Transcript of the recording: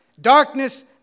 Darkness